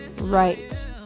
right